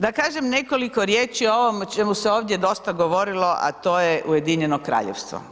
Da kažem nekoliko riječi o ovome o čemu se ovdje dosta govorilo, a to je Ujedinjeno Kraljevstvo.